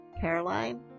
Caroline